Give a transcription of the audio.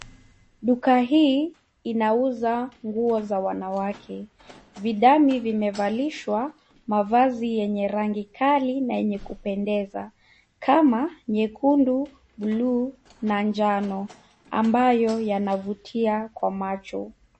Duka hii inauza nguo za wanawake. Vidami vimevalishwa mavazi yenye rangi kali na yenye kupendeza kama nyekundu, bluu na njano ambayo yanavutia kwa macho.